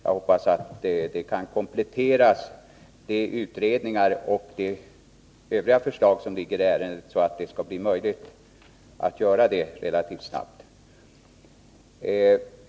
Jag hoppas att utredningar och övriga förslag i ärendet kan kompletteras så att det blir möjligt att göra det relativt snabbt.